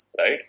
right